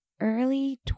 early